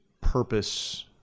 purpose